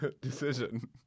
decision